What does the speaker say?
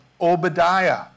Obadiah